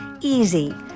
Easy